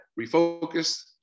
refocus